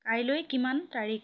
কাইলৈ কিমান তাৰিখ